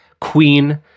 queen